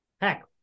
Heck